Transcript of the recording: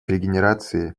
регенерации